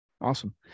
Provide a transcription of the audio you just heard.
Awesome